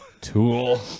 Tool